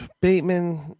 Bateman